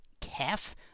calf